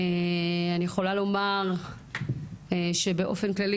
אני יכולה לומר שבאופן כללי,